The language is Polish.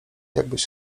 jakbyś